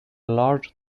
large